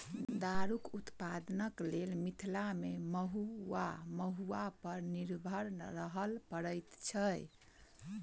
दारूक उत्पादनक लेल मिथिला मे महु वा महुआ पर निर्भर रहय पड़ैत छै